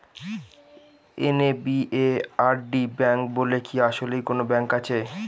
NABARD bank বলে কি আসলেই কোনো ব্যাংক আছে?